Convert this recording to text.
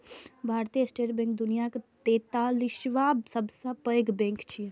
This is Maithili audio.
भारतीय स्टेट बैंक दुनियाक तैंतालिसवां सबसं पैघ बैंक छियै